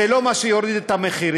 זה לא מה שיוריד את המחירים.